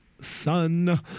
Son